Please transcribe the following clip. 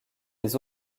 les